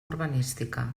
urbanística